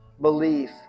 belief